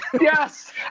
Yes